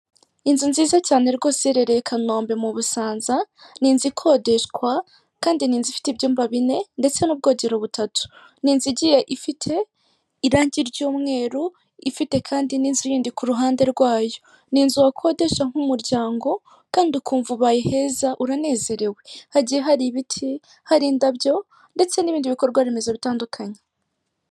Inzu nziza cyane rwose, ihereye i Kanombe mu Busanza, ni inzu ikodeshwa kandi ni inzu ifite ibyumba bine ndetse n'ubwogero butatu, ni inzu igiye ifite irangi ry'umweru, ifite kandi n'izindi ku ruhande rwayo, ni inzu wakodesha nk'umuryango kandi ubaye heza unezerewe, hagiye hari ibiti, hari indabyo ndetse n'ibindi bikorwa remezo bitandukanye.